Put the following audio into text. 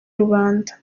rubanda